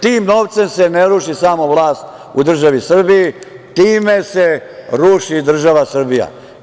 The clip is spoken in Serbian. Tim novcem se ne ruši samo vlast u državi Srbiji, time se ruši i država Srbija.